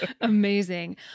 Amazing